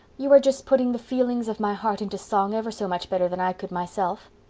you are just putting the feelings of my heart into song ever so much better than i could myself.